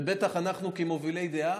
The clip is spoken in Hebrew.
ובטח אנחנו כמובילי דעה,